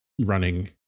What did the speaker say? running